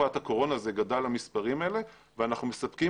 - ובתקופת הקורונה המספר גדל ואנחנו מספקים